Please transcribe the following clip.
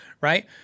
right